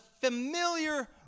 familiar